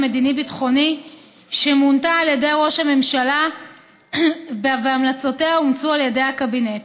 המדיני-ביטחוני שמונתה על ידי ראש הממשלה והמלצותיה אומצו על ידי הקבינט.